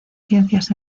ciencias